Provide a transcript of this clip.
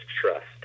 trust